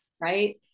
right